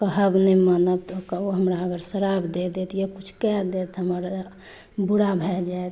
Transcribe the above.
कहब नहि मानब तऽ ओ अगर हमरा श्राप दऽ देत या किछु कए देत तऽ हमर बुरा भए जायत